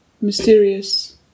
mysterious